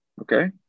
okay